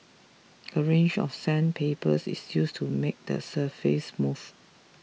a range of sandpapers is used to make the surface smooth